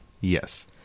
Yes